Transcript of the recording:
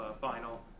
final